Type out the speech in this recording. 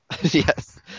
Yes